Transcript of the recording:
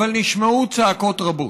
אבל נשמעו, צעקות רבות.